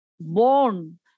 born